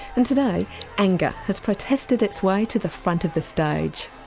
and today anger has protested its way to the front of the stage.